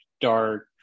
dark